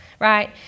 right